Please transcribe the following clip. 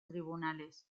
tribunales